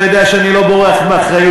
אתה יודע שאני לא בורח מאחריות,